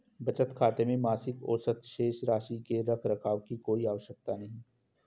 बचत खाते में मासिक औसत शेष राशि के रख रखाव की कोई आवश्यकता नहीं